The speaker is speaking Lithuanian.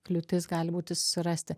kliūtis gali būti susirasti